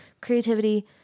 Creativity